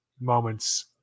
moments